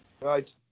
Right